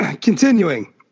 Continuing